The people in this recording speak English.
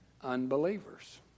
unbelievers